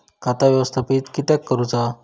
खाता व्यवस्थापित किद्यक करुचा?